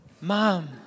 Mom